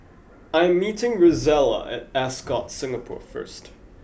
I'm meeting Rozella I at Ascott Singapore first